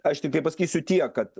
aš tiktai pasakysiu tiek kad